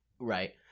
Right